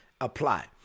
apply